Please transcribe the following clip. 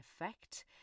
effect